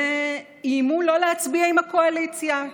ואיימו לא להצביע עם הקואליציה,